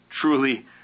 truly